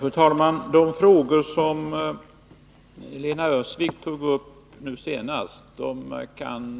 Fru talman! De frågor som Lena Öhrsvik tog upp nu senast kan